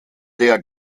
der